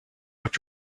what